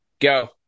Go